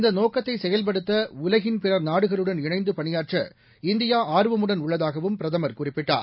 இந்த நோக்கத்தை செயல்படுத்த உலகின் பிற நாடுகளுடன் இணைந்து பணியாற்ற இந்தியா உள்ளதாகவும் பிரதமர் குறிப்பிட்டார்